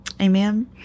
Amen